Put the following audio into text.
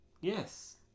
Yes